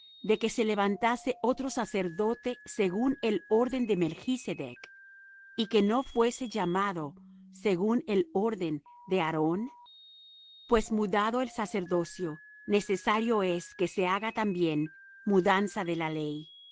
de que se levantase otro sacerdote según el orden de melchsedec y que no fuese llamado según el orden de aarón pues mudado el sacerdocio necesario es que se haga también mudanza de la ley